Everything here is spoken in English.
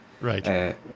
right